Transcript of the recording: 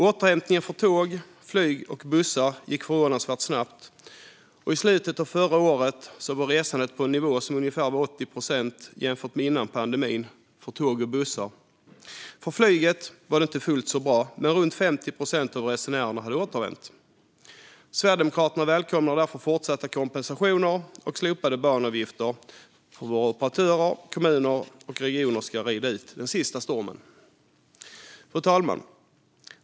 Återhämtningen för tåg, flyg och bussar gick förvånansvärt snabbt, och i slutet av förra året var resandet för tåg och bussar på ungefär 80 procent av nivån före pandemin. För flyget var det inte fullt så bra; runt 50 procent av resenärerna hade återvänt. Sverigedemokraterna välkomnar därför fortsatta kompensationer och slopade banavgifter för att våra operatörer, kommuner och regioner ska rida ut den sista stormen. Fru talman!